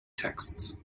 texts